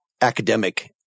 academic